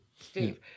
Steve